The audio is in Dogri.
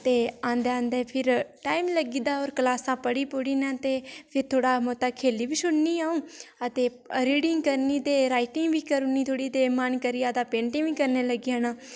ते आंदे आंदे फिर टाइम लग्गी जंदा और क्लासां पढ़ी पुढ़ी नै ते फ्ही थोह्ड़ा बोह्ता खेढी बी छोड़नी अ'ऊं ते रीडिंग करनी ते राईटिंग बी करी ओड़नी थोह्ड़ी ते मन करी जा ते पेंटिंग बी करन लग्गी जाना